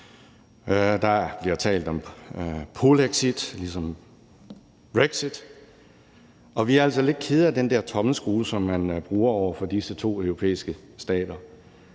der bliver talt om polexit ligesom brexit. Og vi er altså lidt kede af den der tommelskrue, som man bruger over for disse to europæiske stater.